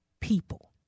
people